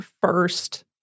first